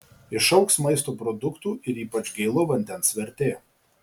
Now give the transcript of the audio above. išaugs maisto produktų ir ypač gėlo vandens vertė